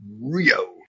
Rio